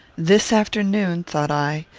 this afternoon, thought i,